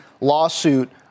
lawsuit